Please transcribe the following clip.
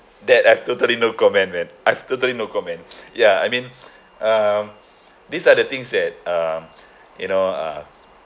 that I have totally no comment man I've totally no comment ya I mean um these are the things that um you know uh